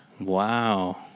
wow